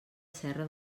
serra